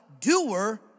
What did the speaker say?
doer